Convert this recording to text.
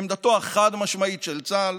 עמדתו החד-משמעית של צה"ל